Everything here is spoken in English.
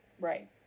Right